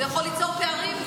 זה יכול ליצור פערים,